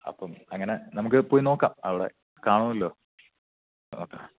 അപ്പം അങ്ങനെ നമുക്ക് പോയി നോക്കാം അവിടെ കാണുമല്ലോ ഓക്കേ